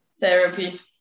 therapy